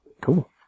Cool